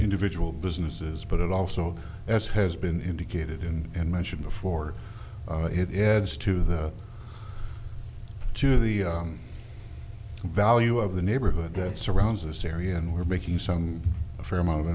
individual businesses but also as has been indicated in unmeasured before it adds to the to the value of the neighborhood that surrounds this area and we're making some a fair amount of